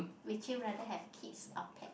would you rather have kids or pet